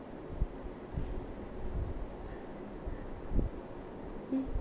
mm